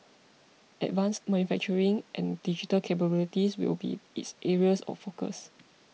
advanced manufacturing and digital capabilities will be its areas of focus